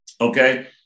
Okay